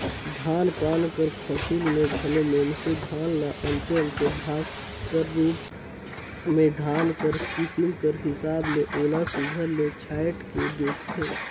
धान पान कर फसिल में घलो मइनसे धान ल अन्ते अन्ते भाग कर रूप में धान कर किसिम कर हिसाब ले ओला सुग्घर ले छांएट के बेंचथें